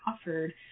offered